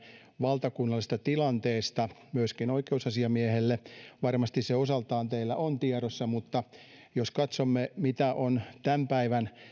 valtakunnallisesta tilanteesta myöskin oikeusasiamiehelle vaikka varmasti se osaltaan teillä on tiedossa jos katsomme mikä on tämän päivän